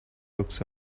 books